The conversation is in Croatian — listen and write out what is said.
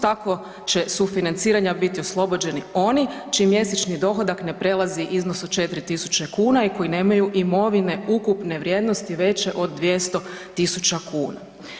Tako će sufinanciranja biti oslobođeni oni čiji mjesečni dohodak ne prelazi iznos od 4 tisuće kuna i koji nemaju imovine ukupne vrijednosti veće od 200 tisuća kuna.